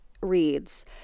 reads